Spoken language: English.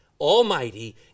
Almighty